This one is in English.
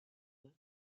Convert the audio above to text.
lead